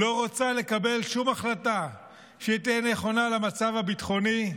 לא רוצה לקבל שום החלטה שתהיה נכונה למצב הביטחוני,